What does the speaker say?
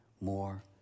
more